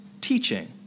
teaching